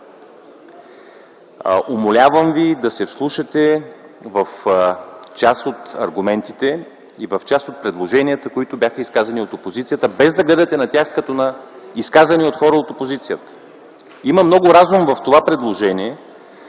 Умолявам Ви да се вслушате в част от аргументите и в част от предложенията, които бяха изказани от опозицията, без да гледате на тях като на изказани от хора от опозицията. Има много разум в това предложение